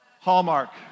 Hallmark